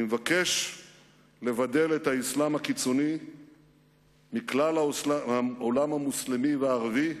אני מבקש לבדל את האסלאם הקיצוני מכלל העולם המוסלמי והערבי,